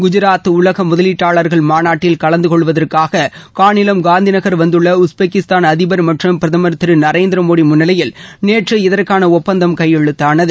குஜராத் உலக முதலீட்டாளா்கள் மாநாட்டில் கலந்து கொள்வதற்காக காநிலம் காந்திநகா் வந்துள்ள உஸ்பெக்கிஸ்தான் அதிபர் மற்றும் பிரதமர் திரு நரேந்திரமோடி முன்னிலையில் நேற்று இதற்கான ஒப்பந்தம் கையெழுத்தானது